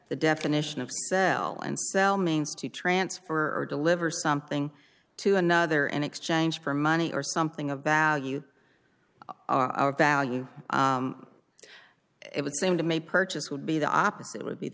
the definition of and sell means to transfer or deliver something to another an exchange for money or something about our value it would seem to make purchase would be the opposite would be the